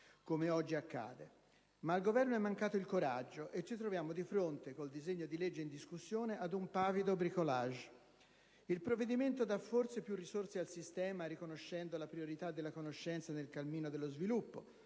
come oggi accade. Ma al Governo è mancato il coraggio, e ci troviamo dì fronte, col disegno di legge in discussione, ad un pavido *bricolage*. Il provvedimento dà forse più risorse al sistema, riconoscendo la priorità della conoscenza nel cammino dello sviluppo?